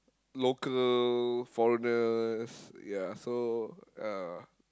local foreigners yeah so ya